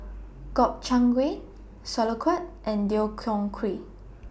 Gobchang Gui Sauerkraut and Deodeok Gui